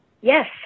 Yes